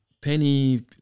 penny